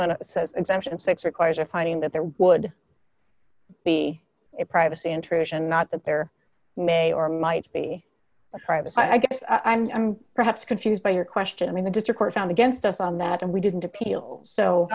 dollars says exemption six requires a finding that there would be a privacy intrusion not that there may or might be a private i guess i'm perhaps confused by your question i mean the district court found against us on that and we didn't appeal so